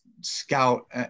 scout